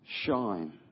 shine